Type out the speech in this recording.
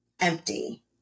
empty